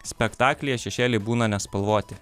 spektaklyje šešėliai būna nespalvoti